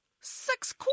Six